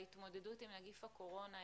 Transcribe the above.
להתמודדות עם נגיף הקורונה.